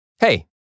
Hey